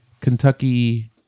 Kentucky